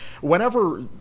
whenever